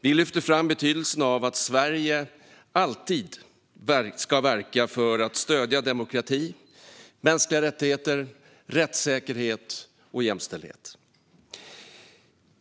Vi lyfter fram betydelsen av att Sverige alltid ska verka för att stödja demokrati, mänskliga rättigheter, rättssäkerhet och jämställdhet.